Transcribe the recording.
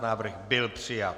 Návrh byl přijat.